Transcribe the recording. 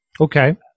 Okay